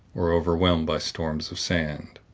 or overwhelmed by storms of sand.